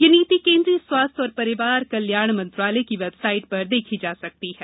यह नीति केंद्रीय स्वास्थ्य और परिवार कल्याण मंत्रालय की वेबसाइट पर देखी जा सकती है